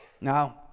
Now